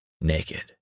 Naked